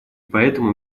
поэтому